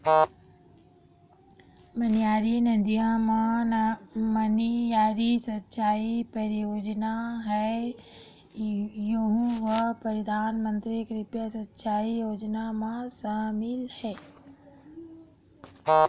मनियारी नदिया म मनियारी सिचई परियोजना हे यहूँ ह परधानमंतरी कृषि सिंचई योजना म सामिल हे